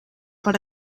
per